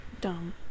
Dumb